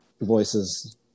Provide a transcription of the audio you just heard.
voices